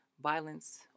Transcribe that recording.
Violence